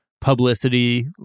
publicity